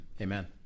Amen